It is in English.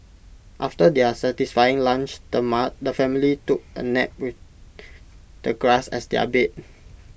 after their satisfying lunch the the family took A nap with the grass as their bed